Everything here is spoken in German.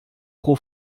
pro